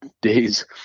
days